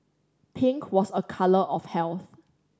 pink was a colour of health